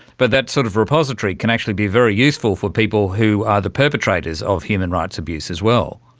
but that sort of repository can actually be very useful for people who are the perpetrators of human rights abuse as well.